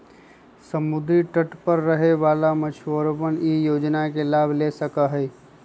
समुद्री तट पर रहे वाला मछुअरवन ई योजना के लाभ ले सका हई